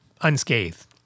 unscathed